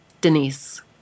Denise